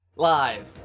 Live